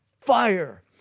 fire